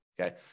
okay